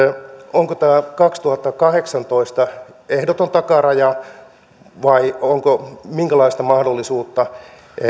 onko tämä kaksituhattakahdeksantoista ehdoton takaraja vai onko minkälaista mahdollisuutta